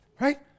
Right